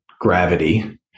gravity